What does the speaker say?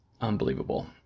unbelievable